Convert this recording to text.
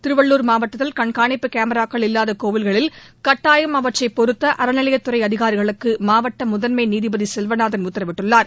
திருவள்ளூர் மாவட்டத்தில் கண்காணிப்பு கேமராக்கள் இல்லாத கோவில்களில் கட்டாயம் அவற்றை பொருத்த அறநிலையத் துறை அதிகாிகளுக்கு மாவட்ட முதன்மை நீதிபதி செல்வநாதன் உத்தரவிட்டுள்ளார்